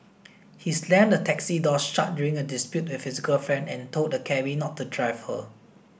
he slammed the taxi door shut during a dispute with his girlfriend and told the cabby not to drive her